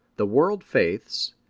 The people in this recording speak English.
the world faiths,